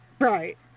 right